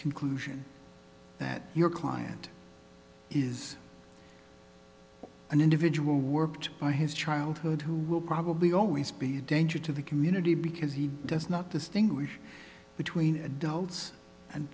conclusion that your client is an individual worked by his childhood who will probably always be a danger to the community because he does not distinguish between adults and